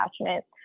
attachment